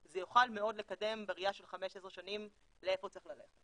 זה יוכל מאוד לקדם בראייה של חמש ועשר שנים לאיפה צריך ללכת.